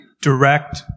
Direct